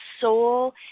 soul